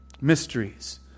Mysteries